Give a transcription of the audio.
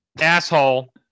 Asshole